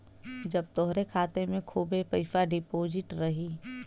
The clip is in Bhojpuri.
जब तोहरे खाते मे खूबे पइसा डिपोज़िट रही